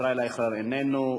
ישראל אייכלר איננו,